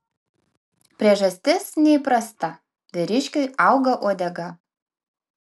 priežastis neįprasta vyriškiui auga uodega